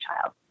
child